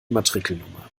matrikelnummer